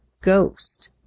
ghost